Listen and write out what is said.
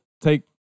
take